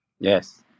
Yes